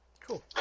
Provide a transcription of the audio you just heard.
Cool